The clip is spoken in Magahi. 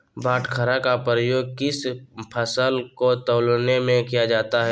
बाटखरा का उपयोग किस फसल को तौलने में किया जाता है?